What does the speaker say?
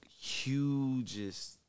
hugest